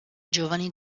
giovani